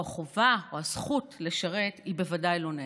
החובה או הזכות לשרת הם בוודאי לא נטל.